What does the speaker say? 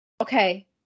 Okay